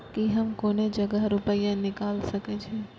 की हम कोनो जगह रूपया निकाल सके छी?